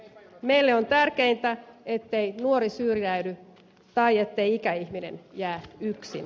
meille on tärkeintä ettei nuori syrjäydy tai ikäihminen jää yksin